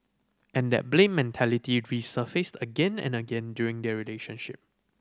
and that blame mentality resurfaced again and again during their relationship